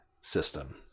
system